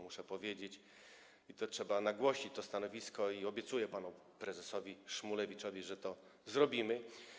Muszę to powiedzieć, trzeba nagłośnić to stanowisko i obiecuję panu prezesowi Szmulewiczowi, że to zrobimy.